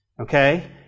Okay